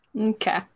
okay